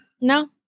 no